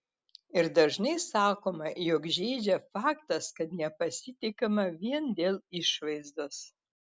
ir dažnai sakoma jog žeidžia faktas kad nepasitikima vien dėl išvaizdos